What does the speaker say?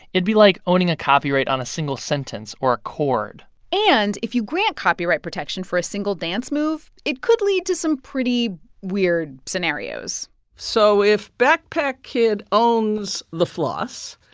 it'd be like owning a copyright on a single sentence or a chord and if you grant copyright protection for a single dance move, it could lead to some pretty weird scenarios so if backpack kid owns the floss,